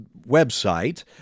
website